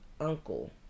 uncle